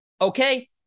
Okay